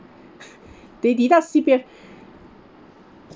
they deduct C_P_F